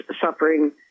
suffering